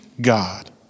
God